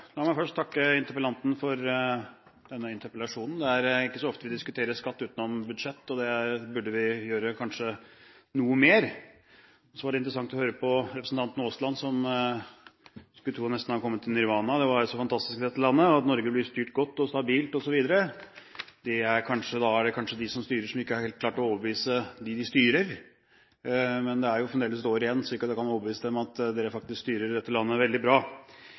diskuterer skatt utenom budsjett. Det burde vi kanskje gjøre noe mer. Det var interessant å høre på representanten Aasland, som en skulle tro nesten hadde oppnådd nirvana: Det er jo så fantastisk i dette landet, Norge blir styrt godt og stabilt osv. Da er det kanskje de som styrer, som ikke helt har klart å overbevise dem de styrer. Men det er fremdeles ett år igjen, slik at de kan overbevise dem om at de faktisk styrer dette landet veldig bra.